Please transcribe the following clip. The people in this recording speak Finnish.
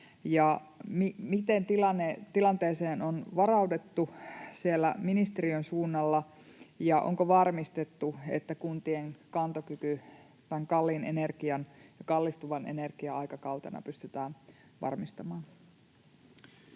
Miten tilanteeseen on varauduttu siellä ministeriön suunnalla? Onko varmistettu, että kuntien kantokyky tämän kalliin ja kallistuvan energian aikakautena pystytään varmistamaan?